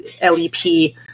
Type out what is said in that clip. L-E-P